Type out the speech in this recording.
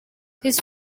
his